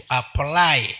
apply